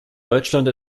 deutschland